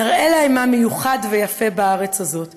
נראה להם מה מיוחד ויפה בארץ הזאת,